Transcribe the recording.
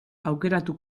aukeratu